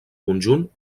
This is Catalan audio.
conjunt